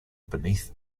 beneath